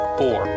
four